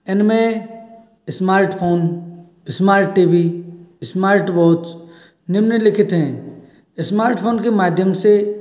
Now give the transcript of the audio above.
इनमें smartphone smart T V smart watch निम्नलिखित हैं स्मार्टफोन के माध्यम से